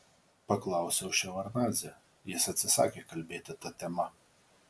paklausiau ševardnadzę jis atsisakė kalbėti ta tema